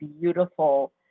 beautiful